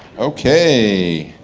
okay,